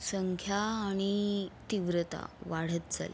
संख्या आणि तीव्रता वाढत चालली आहे